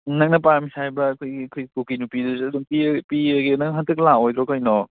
ꯅꯪꯅ ꯄꯥꯝꯃꯤ ꯍꯥꯏꯕ ꯑꯩꯈꯣꯏꯒꯤ ꯀꯨꯀꯤ ꯅꯨꯄꯤꯗꯨꯁꯨ ꯑꯗꯨꯝ ꯄꯤꯔꯒꯦꯅ ꯅꯪ ꯍꯟꯇꯛ ꯂꯥꯛꯑꯣꯏꯗ꯭ꯔꯣ ꯀꯩꯅꯣ